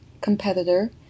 competitor